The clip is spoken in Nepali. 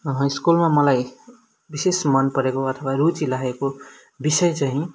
स्कुलमा मलाई विशेष मनपरेको अथवा रुचि लागेको विषय चाहिँ